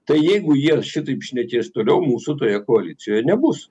tai jeigu jie šitaip šnekės toliau mūsų toje koalicijoje nebus